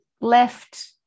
left